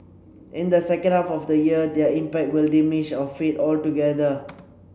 in the second half of the year their impact will diminish or fade altogether